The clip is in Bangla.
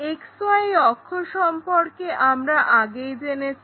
XY অক্ষ সম্পর্কে আমরা আগেই জেনেছি